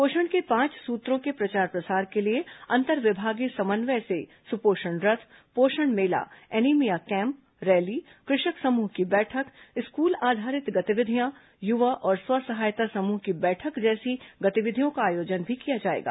पोषण के पांच सूत्रों के प्रचार प्रसार के लिए अंतरविभागीय समन्वय से सुपोषण रथ पोषण मेला एनीमिया कैम्प रैली क्रषक समूह की बैठक स्कूल आधारित गतिविधियां युवा और स्व सहायता समूह की बैठक जैसी गतिविधियों का आयोजन भी किया जाएगा